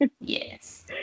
yes